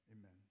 amen